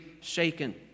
shaken